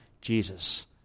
Jesus